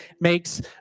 makes